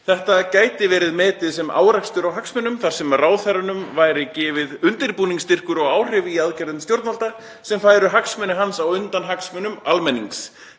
Þetta gæti verið metið sem árekstur á hagsmunum þar sem ráðherranum væri gefið undirbúningsstyrkur og áhrif í aðgerðum stjórnvalda sem færu hagsmuni hans á undan hagsmunum almennings.